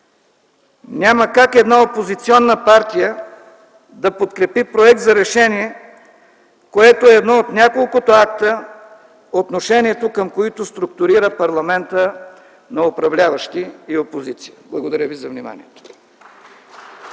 Няма как една опозиционна партия да подкрепи проект за решение, което е едно от няколкото акта, отношението към които структурира парламента на управляващи и опозиция. Благодаря ви за вниманието.